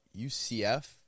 ucf